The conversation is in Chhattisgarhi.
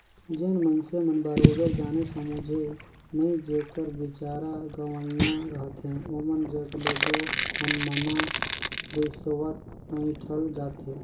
जेन मइनसे मन बरोबेर जाने समुझे नई जेकर बिचारा गंवइहां रहथे ओमन जग ले दो मनमना रिस्वत अंइठल जाथे